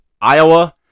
Iowa